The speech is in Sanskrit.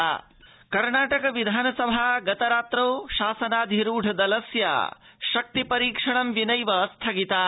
कर्णाटक संकटम् कर्णाटक विधानसभा गतरात्रौ शासनाधिरूढ दलस्य शक्ति परीक्षणं विनैव स्थगिता